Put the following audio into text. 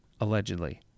allegedly